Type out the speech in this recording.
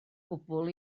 gwbl